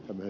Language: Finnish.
oman